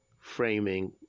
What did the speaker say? framing